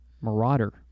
Marauder